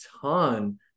ton